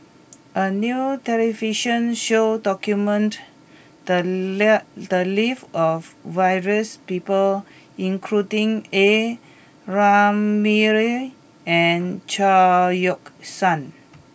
a new television show documented the the lives of various people including A Ramli and Chao Yoke San